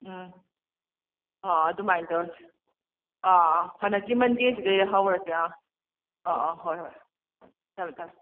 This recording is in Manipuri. ꯎꯝ ꯑꯣ ꯑꯥ ꯑꯗꯨꯃꯥꯏꯅ ꯇꯧꯔꯁꯤ ꯑꯥ ꯑꯥ ꯍꯟꯗꯛꯀꯤ ꯃꯣꯟꯗꯦꯁꯤꯗꯩ ꯍꯧꯔꯁꯤ ꯑꯥ ꯑꯣ ꯑꯣ ꯍꯣꯏ ꯍꯣꯏ ꯊꯝꯃꯦ ꯊꯝꯃꯦ